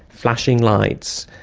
flashing lights,